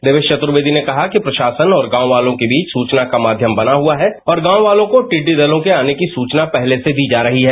रेवेश क्तुर्वेदी ने कहा कि प्रशासन और गांव वालों के बीच सूचना के माध्यम से बना हुआ है और गांव वालों को टिड्डी दलों को आने की सूचना पहर्ते से दी जा रही है